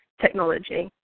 technology